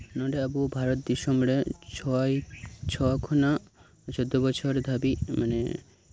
ᱱᱚᱸᱰᱮ ᱟᱵᱚ ᱵᱷᱟᱨᱚᱛ ᱫᱤᱥᱚᱢᱨᱮ ᱪᱷᱚᱭ ᱪᱷᱚ ᱠᱷᱚᱱᱟᱜ ᱪᱳᱫᱽᱫᱳ ᱵᱚᱪᱷᱚᱨ ᱫᱷᱟᱹᱵᱤᱡ ᱢᱟᱱᱮ